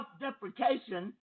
self-deprecation